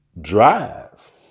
drive